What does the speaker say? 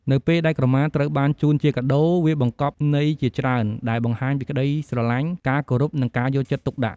នៅពេលដែលក្រមាត្រូវបានជូនជាកាដូ វាបង្កប់ន័យជាច្រើនដែលបង្ហាញពីក្ដីស្រលាញ់ ការគោរព និងការយកចិត្តទុកដាក់។